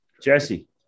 Jesse